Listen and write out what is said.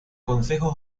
consejo